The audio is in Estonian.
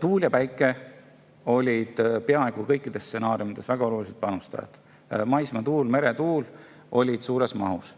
Tuul ja päike olid peaaegu kõikides stsenaariumides väga olulised panustajad, maismaatuul ja meretuul olid suure mahuga.